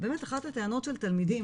באמת אחת הטענות של תלמידים,